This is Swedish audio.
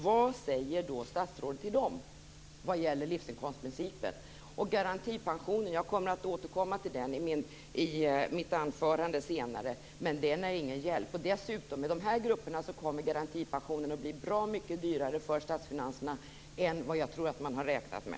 Jag kommer att återkomma till frågan om garantipensionen i mitt anförande. Men den är ingen hjälp. För dessa grupper kommer garantipensionen att bli bra mycket dyrare för statsfinanserna än vad jag tror att man har räknat med.